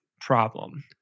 problem